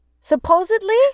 Supposedly